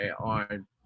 on